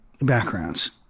backgrounds